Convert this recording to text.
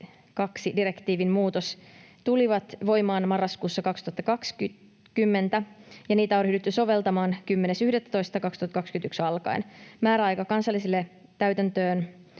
II ‑direktiivin muutos tulivat voimaan marraskuussa 2020, ja niitä on ryhdytty soveltamaan 10.11.2021 alkaen. Määräaika kansallisille